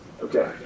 Okay